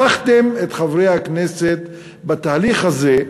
הפכתם את חברי הכנסת בתהליך הזה.